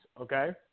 okay